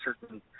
certain –